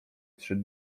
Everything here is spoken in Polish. trzy